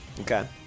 Okay